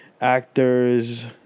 actors